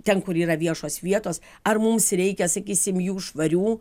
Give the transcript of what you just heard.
ten kur yra viešos vietos ar mums reikia sakysim jų švarių